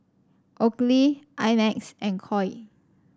Oakley I Max and Koi